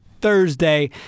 Thursday